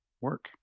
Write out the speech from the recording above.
work